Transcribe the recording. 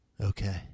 okay